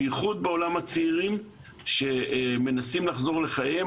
במיוחד אצל צעירים שמנסים לחזור לחייהם.